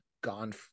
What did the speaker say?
gone